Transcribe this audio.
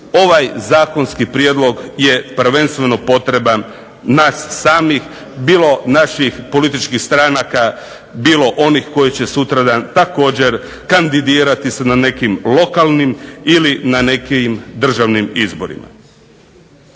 ovaj Zakonski prijedlog je prvenstveno potreban nas samih. Bilo naših političkih stranaka, bilo onih koji će sutradan također kandidirati se na nekim lokalnim ili državnim izborima.